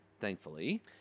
Thankfully